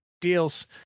Deals